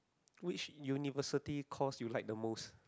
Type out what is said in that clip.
which university course you like the most